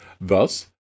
Thus